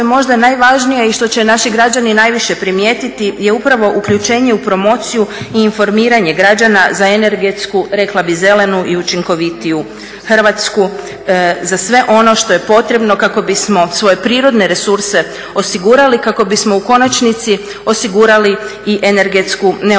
možda najvažnije i što će naši građani najviše primijetiti je upravo uključenje u promociju i informiranje građana za energetsku, rekla bih zelenu i učinkovitiju Hrvatsku, za sve ono što je potrebno kako bismo svoje prirodne resurse osigurali, kako bismo u konačnici osigurali i energetsku neovisnost